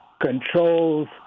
controls